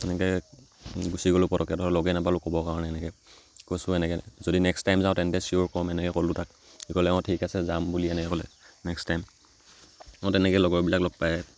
এনেকৈ গুচি গ'লো পটককৈ ধৰক লগে নাপালোঁ ক'ব কাৰণ এনেকৈ কৈছোঁ এনেকৈ যদি নেক্সট টাইম যাওঁ তেন্তে চিঅ'ৰ ক'ম এনেকৈ ক'লোঁ তাক সি ক'লে অঁ ঠিক আছে যাম বুলি এনেকৈ ক'লে নেক্সট টাইম অঁ তেনেকৈ লগৰবিলাক লগ পায়